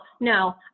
no